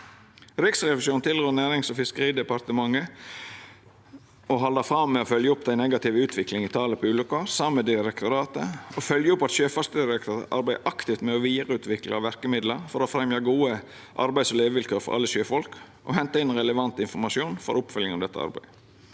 Riksrevisjonen tilrår Nærings- og fiskeridepartementet å halda fram med å følgja opp den negative utviklinga i talet på ulukker saman med direktoratet, følgja opp at Sjøfartsdirektoratet arbeider aktivt med å vidareutvikla verkemiddel for å fremja gode arbeids- og levevilkår for alle sjøfolk, og henta inn relevant informasjon for oppfølging av dette arbeidet.